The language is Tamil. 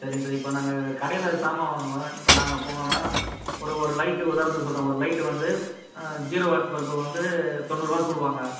சரிங்க சார் இப்போ நாங்கள் கடையில் சாமான் வாங்குவோம் இப்போ நாங்கள் போனால் ஒரு ஒரு லைட்டு உதாரணத்துக்கு சொல்றோம் ஒரு லைட்டு வந்து ஜீரோ வாட்ஸ் பல்ப்பு வந்து தொண்ணூறுரூவா சொல்வாங்கள்